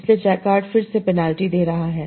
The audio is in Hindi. इसलिए जैकार्ड फिर से पेनाल्टी दे रहा है